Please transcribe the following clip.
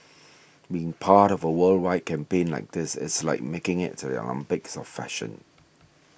being part of a worldwide campaign like this it's like making it to the Olympics of fashion